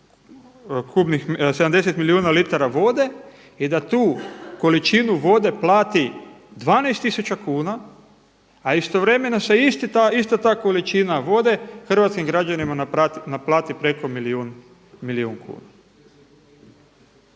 70 milijuna litara vode i da tu količinu vode plati 12000 kuna, a istovremeno se ista ta količina vode hrvatskim građanima naplati preko milijun kuna.